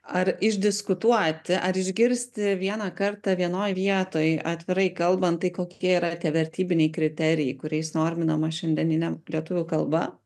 ar išdiskutuoti ar išgirsti vieną kartą vienoj vietoj atvirai kalbant tai kokie yra tie vertybiniai kriterijai kuriais norminama šiandieninė lietuvių kalba